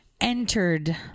entered